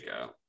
go